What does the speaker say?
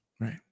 Right